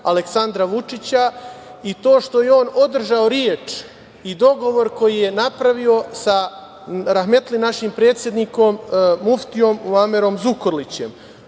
Aleksandra Vučića i to što je on održao reč i dogovor koji je napravio sa rahmetli našim predsednikom muftijom Muamerom Zukorilićem,